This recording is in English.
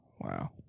Wow